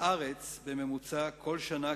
בארץ יש בממוצע כל שנה,